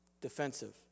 defensive